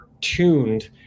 tuned